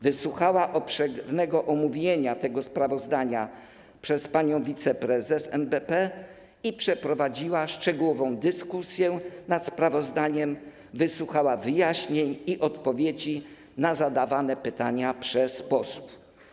Wysłuchała obszernego omówienia tego sprawozdania przez panią wiceprezes NBP i przeprowadziła szczegółową dyskusję nad sprawozdaniem, wysłuchała wyjaśnień i odpowiedzi na pytania zadawane przez posłów.